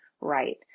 right